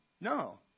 No